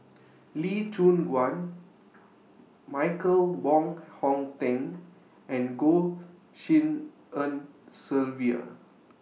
Lee Choon Guan Michael Wong Hong Teng and Goh Tshin En Sylvia